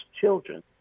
children